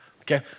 okay